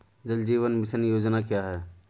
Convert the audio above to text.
जल जीवन मिशन योजना क्या है?